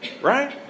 right